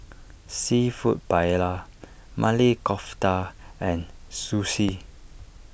Seafood Paella Maili Kofta and Sushi